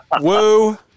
woo